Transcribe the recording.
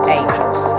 angels